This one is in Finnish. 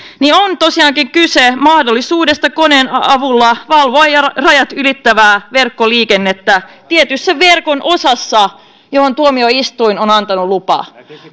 on tosiaankin kyse mahdollisuudesta koneen avulla valvoa rajat ylittävää verkkoliikennettä tietyssä verkon osassa johon tuomioistuin on antanut luvan